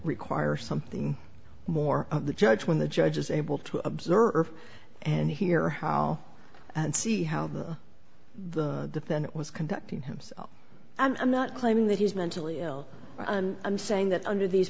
require something more of the judge when the judge is able to observe and hear how and see how the defendant was conducting himself i'm not claiming that he's mentally ill and i'm saying that under these